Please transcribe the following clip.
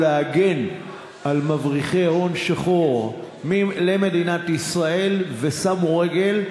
להגן על מבריחי הון שחור למדינת ישראל ושמו רגל.